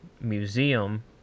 museum